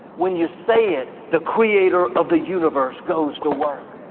when you say it, the creator of the universe goes to work.